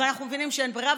אבל אנחנו מבינים שאין ברירה,